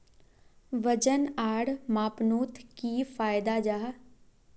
वजन आर मापनोत की फायदा जाहा?